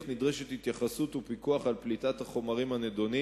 אך נדרשים התייחסות ופיקוח על פליטת החומרים הנדונים,